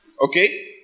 Okay